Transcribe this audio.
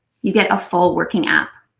you get a full working app.